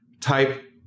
type